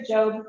Job